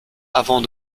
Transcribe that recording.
avant